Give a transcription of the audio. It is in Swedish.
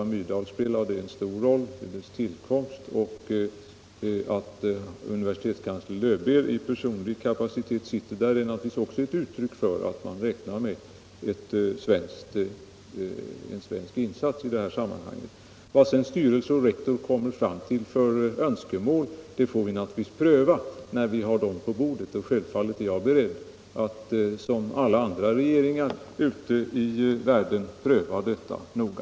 Alva Myrdal spelade en stor roll vid dess tillkomst, och att universitetskansler Löwbeer i personlig kapacitet sitter i styrelsen är givetvis också ett uttryck för att man räknar med en svensk insats i detta sammanhang. Vad sedan styrelse och rektor kommer fram till för önskemål är naturligtvis någonting som vi får pröva när det kommer på bordet, och självfallet är vi beredda att som alla andra regeringar ute i världen pröva detta noga.